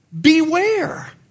beware